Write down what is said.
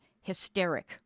hysteric